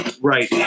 Right